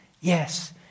yes